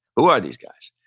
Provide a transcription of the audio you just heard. who are these guys?